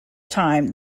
time